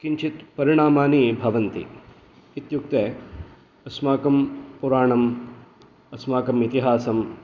किञ्चित् परिणामानि भवन्ति इत्युक्ते अस्माकं पुराणम् अस्माकम् इतिहासं